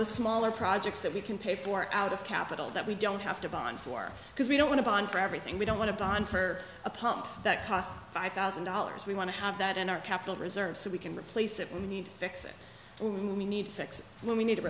the smaller projects that we can pay for out of capital that we don't have to bond for because we don't want to be on for everything we don't want to put on for a pump that cost five thousand dollars we want to have that in our capital reserves so we can replace it we need to fix it need fix what we need to